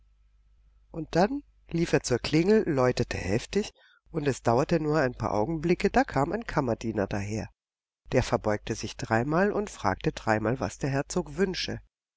und dann lief er zur klingel läutete heftig und es dauerte nur ein paar augenblicke da kam ein kammerdiener daher der verbeugte sich dreimal und fragte dreimal was der herzog wünsche